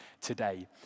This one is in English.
today